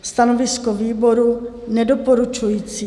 Stanovisko výboru nedoporučující.